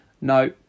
No